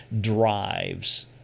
drives